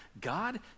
God